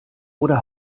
oder